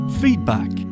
feedback